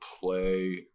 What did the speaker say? play